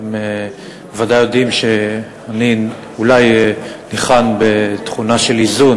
אתם בוודאי יודעים שאני אולי ניחן בתכונה של איזון,